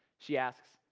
she asks,